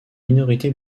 minorité